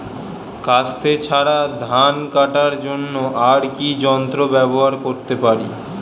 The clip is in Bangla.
কাস্তে ছাড়া ধান কাটার জন্য আর কি যন্ত্র ব্যবহার করতে পারি?